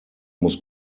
muss